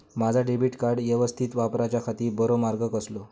माजा debit card यवस्तीत वापराच्याखाती बरो मार्ग कसलो?